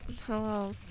Hello